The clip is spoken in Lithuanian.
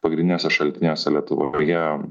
pagrindiniuose šaltiniuose lietuvoje